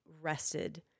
rested